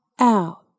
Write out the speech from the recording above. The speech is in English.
out